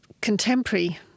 contemporary